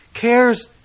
cares